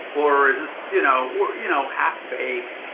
or is this, you know, or, you know, half baked,